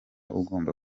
ugomba